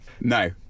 No